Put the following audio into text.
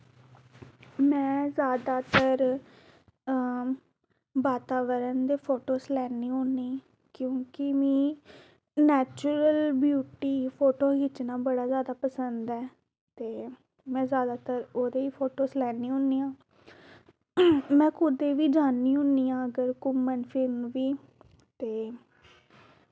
में जादातर वातावरण दे फोटोज़ लैन्नी होन्नी क्योंकि मिगी नेचुरल ब्यूटी दे फोटो खिच्चना बड़ा जादा पसंद ऐ ते में जादातर ओह्दे ई फोटोज़ लैन्नी होन्नी आं में कुदै बी जानी होन्नी आं अगर घूमन फिरन बी ते